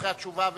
אחרי התשובה,